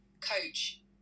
coach